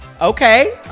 Okay